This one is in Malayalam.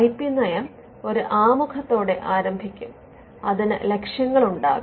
ഐ പി നയം ഒരു ആമുഖത്തോടെ ആരംഭിക്കും അതിന് ലക്ഷ്യങ്ങളുണ്ടാകും